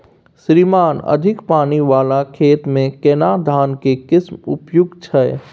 श्रीमान अधिक पानी वाला खेत में केना धान के किस्म उपयुक्त छैय?